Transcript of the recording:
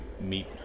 meet